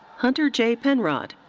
hunter j. penrod.